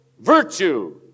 Virtue